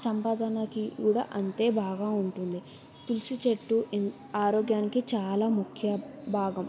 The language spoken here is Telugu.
సంపాదనకి కూడా అంతే బాగా ఉంటుంది తులసి చెట్టు ఎన్ ఆరోగ్యానికి చాలా ముఖ్య భాగం